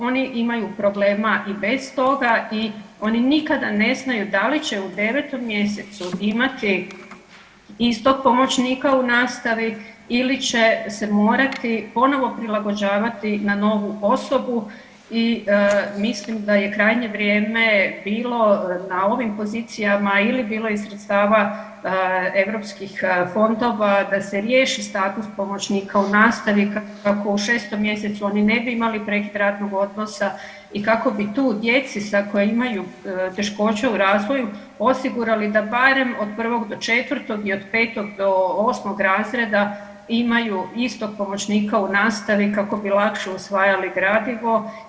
Oni imaju problema i bez toga i oni nikada ne znaju da li će u 9. mjesecu imati istog pomoćnika u nastavi ili će se morati ponovno prilagođavati na novu osobu i mislim da je krajnje vrijeme bilo na ovim pozicijama ili bilo iz sredstava eu fondova da se riješi status pomoćnika u nastavi kako u 6. mjesecu oni ne bi imali prekid radnog odnosa i kako bi tu djeci koja imaju teškoće u razvoju osigurali da barem od 1. do 4. i od 5. do 8. razreda imaju istog pomoćnika u nastavi kako bi lakše usvajali gradivo.